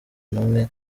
n’umwe